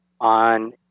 on